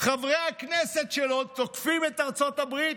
חברי הכנסת שלו, תוקפים את ארצות הברית.